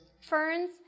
Ferns